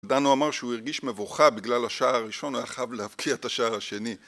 דנו אמר שהוא הרגיש מבוכה בגלל השער הראשון והיה חייבב להבקיע את השער השני